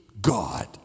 God